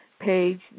page